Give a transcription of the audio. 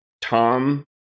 Tom